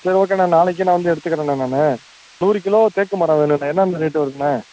சரி ஓகேண்ணே நாளைக்கே நான் வந்து எடுத்துக்குறேண்ணே நானு நூறு கிலோ தேக்கு மரம் வேணும்ணே என்னென்னு ரேட் வரதுண்ணே